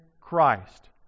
Christ